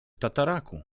tataraku